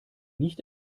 nicht